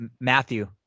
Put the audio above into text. Matthew